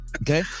Okay